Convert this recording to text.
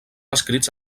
escrits